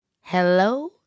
Hello